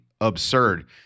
absurd